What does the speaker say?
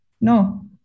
No